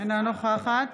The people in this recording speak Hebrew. אינה נוכחת